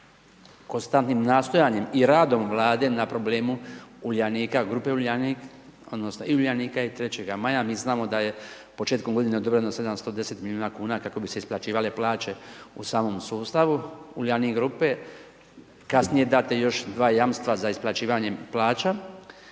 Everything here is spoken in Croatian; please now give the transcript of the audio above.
konstantnim nastojanjem radom Vlade na problemu Uljanika, grupe Uljanik, odnosno i Uljanika i 3. maja, mi znamo da je početkom godine odobreno 710 milijuna kuna kako bi se isplaćivale plaće u samom sustavu Uljanik grupe. Kasnije dato je još 2 jamstva za isplaćivanjem plaća.